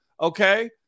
okay